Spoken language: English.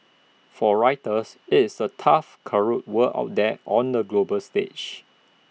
for writers IT is A tough cutthroat world out there on the global stage